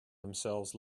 themselves